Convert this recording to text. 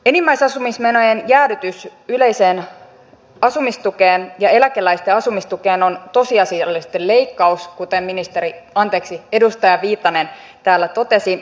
enimmäisasumismenojen jäädytys yleiseen asumistukeen ja eläkeläisten asumistukeen on tosiasiallisesti leikkaus kuten ministeri anteeksi edustaja viitanen täällä totesi